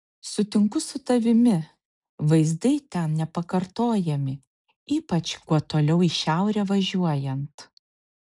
sutinku su tavimi vaizdai ten nepakartojami ypač kuo toliau į šiaurę važiuojant